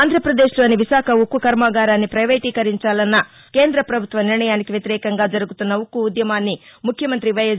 ఆంధ్రప్రదేశ్లోని విశాఖ ఉక్కు కర్మాగారాన్ని పైవేటీకరించాలన్న కేంద్ర పభుత్వ నిర్ణయానికి వ్యతిరేకంగా జరుగుతున్న ఉక్కు ఉద్యమాన్ని ముఖ్యమంత్రి వైఎస్